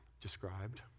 described